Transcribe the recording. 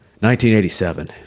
1987